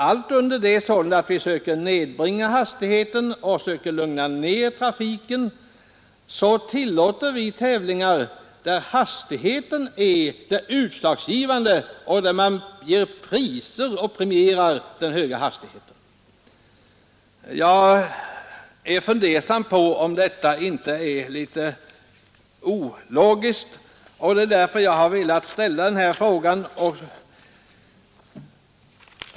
Allt under det att vi sålunda söker nedbringa trafikhastigheten och minska trafikintensiteten tillåter vi tävlingar, där hastigheten är det utslagsgivande och där man premierar den höga hastigheten. Jag har funderat över om detta inte är litet ologiskt, och det är därför jag har velat ställa min interpellation.